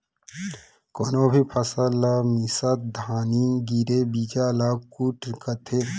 कोनो भी फसल ला मिसत घानी गिरे बीजा ल कुत कथें